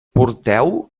porteu